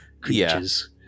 creatures